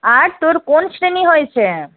আর তোর কোন শ্রেণি হয়েছে